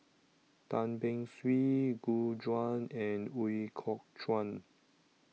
Tan Beng Swee Gu Juan and Ooi Kok Chuen